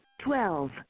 Twelve